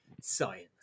science